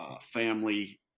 family